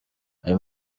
ayo